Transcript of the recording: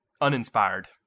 uninspired